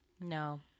No